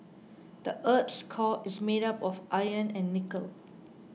the earth's core is made of iron and nickel